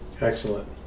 Excellent